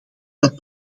dat